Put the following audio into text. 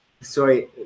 sorry